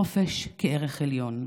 חופש כערך עליון,